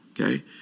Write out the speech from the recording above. Okay